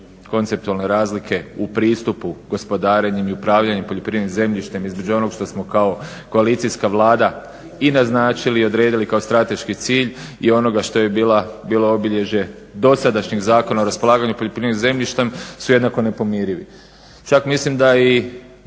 Konceptualne razlike u pristupu, gospodarenjem i upravljanjem poljoprivrednim zemljištem između onog što smo kao koalicijska Vlada i naznačili i odredili kao strateški cilj i onoga što je bilo obilježje dosadašnjeg Zakona o raspolaganju poljoprivrednim zemljištem su jednako nepomirivi. Čak mislim da